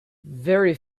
very